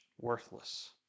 worthless